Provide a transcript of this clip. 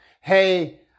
Hey